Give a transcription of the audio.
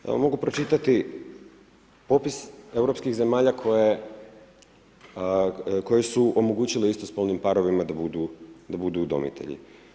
Ja vam mogu pročitati popis europskih zemalja koje su omogućile istospolnim parovima da budu udomitelji.